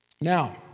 Now